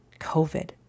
COVID